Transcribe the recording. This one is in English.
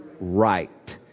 Right